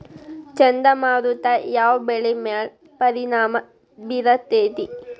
ಚಂಡಮಾರುತ ಯಾವ್ ಬೆಳಿ ಮ್ಯಾಲ್ ಪರಿಣಾಮ ಬಿರತೇತಿ?